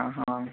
हां हां